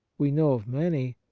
we know of many,